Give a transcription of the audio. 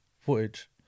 footage